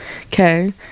okay